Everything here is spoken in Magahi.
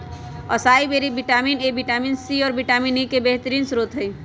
acai berry vitamin A, vitamin C, और विटामिनई के बेहतरीन स्त्रोत हई